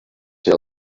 ser